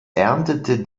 erntete